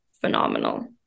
phenomenal